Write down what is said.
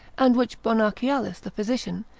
and which bonacialus the physician,